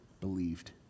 believed